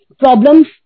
problems